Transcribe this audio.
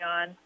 on